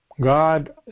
God